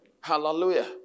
Hallelujah